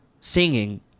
singing